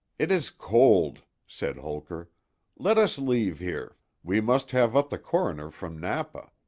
it is cold, said holker let us leave here we must have up the coroner from napa.